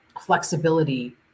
flexibility